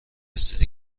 رسیده